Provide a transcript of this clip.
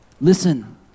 Listen